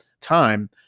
time